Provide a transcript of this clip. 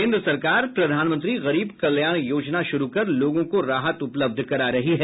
केन्द्र सरकार प्रधानमंत्री गरीब कल्याण योजना शुरू कर लोगों को राहत उपलब्ध करा रही है